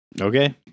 Okay